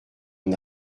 mon